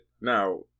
Now